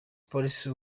policy